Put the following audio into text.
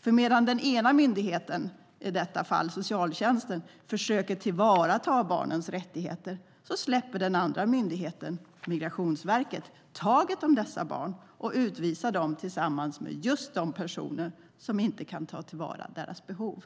För medan den ena myndigheten, i detta fall socialtjänsten, försöker tillvarata barnens rättigheter släpper den andra myndigheten, Migrationsverket, taget om dessa barn och utvisar dem tillsammans med just de personer som inte kan ta till vara deras behov.